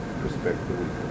perspective